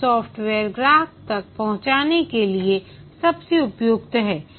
software ग्राहक तक पहुंचाने के लिए सबसे उपयुक्त है